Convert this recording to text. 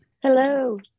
hello